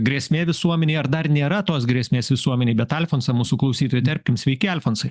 grėsmė visuomenei ar dar nėra tos grėsmės visuomenei bet alfonsą mūsų klausytoją įterpkim sveiki alfonsai